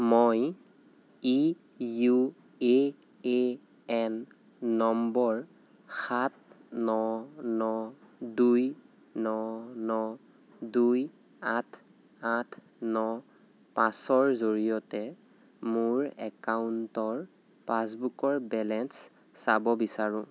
মই ই U A N নম্বৰ সাত ন ন দুই ন ন দুই আঠ আঠ ন পাঁচৰ জৰিয়তে মোৰ একাউণ্টৰ পাছবুকৰ বেলেঞ্চ চাব বিচাৰোঁ